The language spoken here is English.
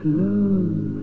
love